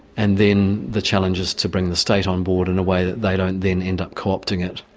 and then the challenge is to bring the state on-board in a way that they don't then end up co-opting it,